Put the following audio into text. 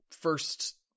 first